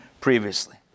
previously